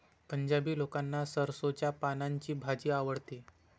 पंजाबी लोकांना सरसोंच्या पानांची भाजी आवडते